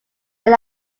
they